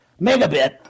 megabit